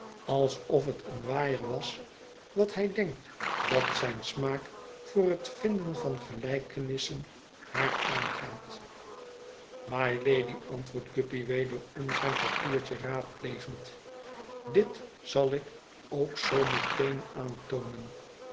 alsof het een waaier was wat hij denkt dat zijn smaak voor het vinden van gelijkenissen haar aangaat mylady antwoordt guppy wederom zijn papiertje raadplegend dit zal ik ook zoo meteen aantoonen